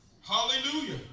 Hallelujah